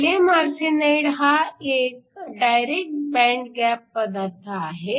gallium arsenide हा एक direct band gap पदार्थ आहे